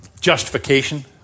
justification